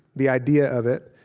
the idea of it,